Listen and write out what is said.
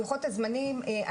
לוחות הזמנים,